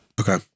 Okay